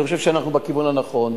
אני חושב שאנחנו בכיוון הנכון.